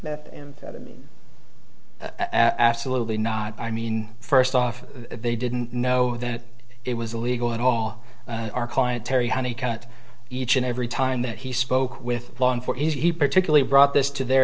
methamphetamine absolutely not i mean first off they didn't know that it was illegal in all our client terry honey cut each and every time that he spoke with long for he particularly brought this to their